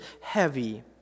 heavy